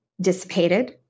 dissipated